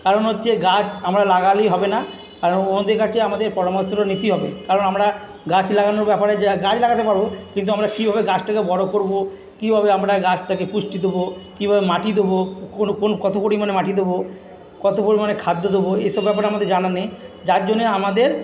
কারণ হচ্ছে গাছ আমরা লাগালেই হবে না কারণ ওদের কাছে আমাদের পরামর্শটা নিতেই হবে কারণ আমরা গাছ লাগানোর ব্যাপারে যা গাছ লাগাতে পারব কিন্তু আমরা কীভাবে গাছটাকে বড় করব কীভাবে আমরা গাছটাকে পুষ্টি দেবো কীভাবে মাটি দেবো কোন কোন কত পরিমাণে মাটি দেবো কত পরিমাণে খাদ্য দেবো এ সব ব্যাপারে আমাদের জানা নেই যার জন্যে আমাদের